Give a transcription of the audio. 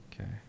Okay